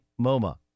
MoMA